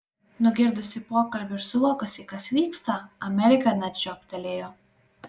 nugirdusi pokalbį ir suvokusi kas vyksta amerika net žiobtelėjo